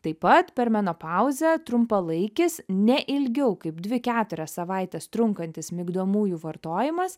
taip pat per menopauzę trumpalaikis ne ilgiau kaip dvi keturias savaites trunkantis migdomųjų vartojimas